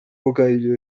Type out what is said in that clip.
bocadillo